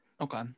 Okay